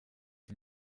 die